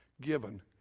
given